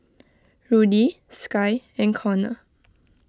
Rudy Skye and Konner